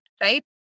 right